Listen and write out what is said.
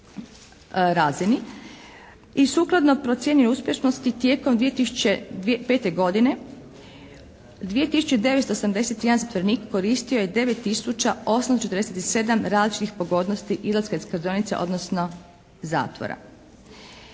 razini. I sukladno procijenjenoj uspješnosti tijekom 2005. godine, 2971 zatvorenik koristio je 9 tisuća 847 različitih pogodnosti izlaska iz kaznionice odnosno zatvora.